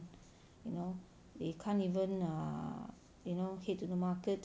you know they can't even err you know head to the market